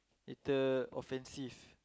later offensive